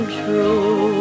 true